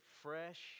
fresh